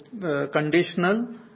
conditional